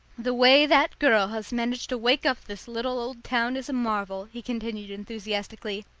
the way that girl has managed to wake up this little old town is a marvel, he continued enthusiastically.